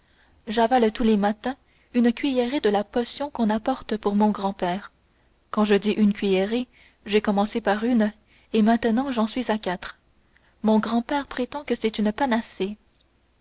j'avale tous les matins une cuillerée de la potion qu'on apporte pour mon grand-père quand je dis une cuillerée j'ai commencé par une et maintenant j'en suis à quatre mon grand-père prétend que c'est une panacée